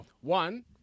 One